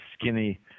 skinny